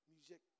Music